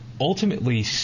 ultimately